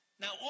Now